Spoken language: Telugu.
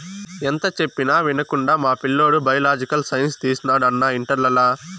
ఎంత చెప్పినా వినకుండా మా పిల్లోడు బయలాజికల్ సైన్స్ తీసినాడు అన్నా ఇంటర్లల